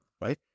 right